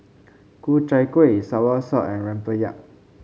Ku Chai Kuih soursop and rempeyek